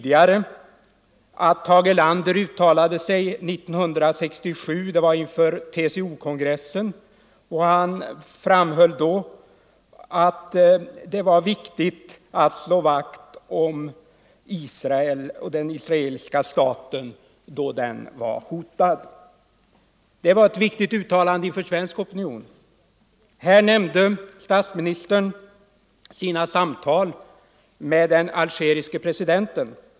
Inför TCO-kongressen 1967 framhöll Tage Erlander att det var viktigt att slå vakt om den israeliska staten då den hotades. Det var ett viktigt uttalande inför svensk opinion. Statsministern nämnde sina samtal med den algeriske presidenten.